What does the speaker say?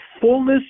fullness